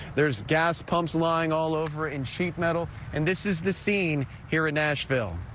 there's gas pumps lying all over in sheet metal and this is the scene here. in nashville.